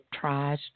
tries